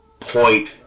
point